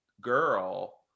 girl